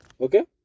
Okay